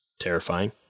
terrifying